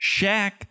Shaq